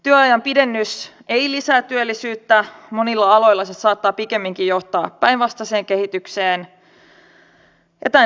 työajan pidennys ei lisää työllisyyttä monilla aloilla se saattaa pikemminkin johtaa päinvastaiseen kehitykseen